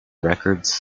records